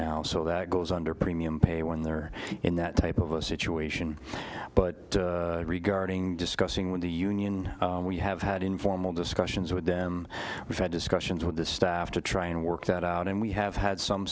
now so that goes under premium pay when they're in that type of a situation but regarding discussing with the union we have had informal discussions with them we've had discussions with the staff to try and work that out and we have had some